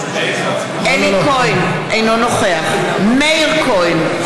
אינו נוכח מאיר כהן,